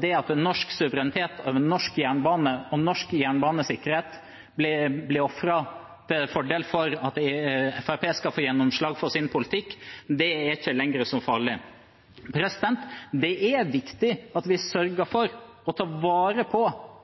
det at norsk suverenitet over norsk jernbane og norsk jernbanesikkerhet blir ofret til fordel for at Fremskrittspartiet skal få gjennomslag for sin politikk, er ikke lenger så farlig. Det er viktig at vi sørger for å ta vare på